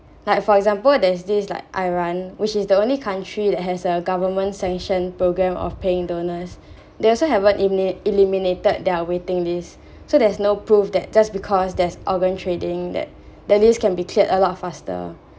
like for example there's this like iran which is the only country that has a government sanctioned program of paying donors they also haven't eliminate eliminated their waiting list so there's no proof that just because there's organ trading that that list can be cleared a lot faster